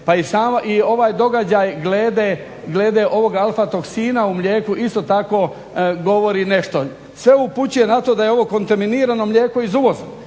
samo ovaj događaj glede ovog …/Govornik se ne razumije./… sina u mlijeku isto tako govori nešto. Sve upućuje na to da je ovo kontaminirano mlijeko iz uvoza